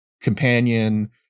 companion